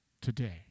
today